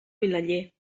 vilaller